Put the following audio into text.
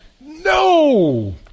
No